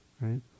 right